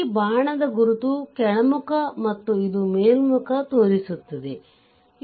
ಈ ಬಾಣದ ಗುರುತು ಕೆಳಮುಖ ಮತ್ತು ಇದು ಮೇಲ್ಮುಕ ತೋರಿಸುತ್ತಿದೆ